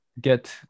get